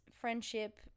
friendship